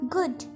Good